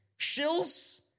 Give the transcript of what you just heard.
shills